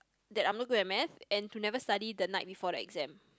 that I'm not good at Math and to never study the night before the exam